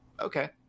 okay